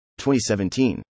2017